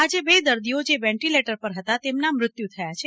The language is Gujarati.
આજે બે દર્દીઓ જે વેન્ટીલેટર પર હતા તેમના મોત થયાં છે